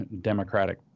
democratic